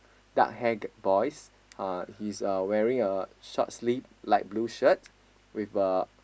dark hair boys uh he's uh wearing a short sleeve light blue shirt with a